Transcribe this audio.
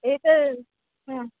एतत् हा